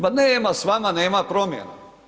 Ma nema s vama, nema promjene.